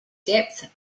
depth